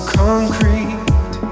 concrete